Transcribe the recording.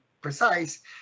precise